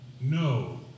No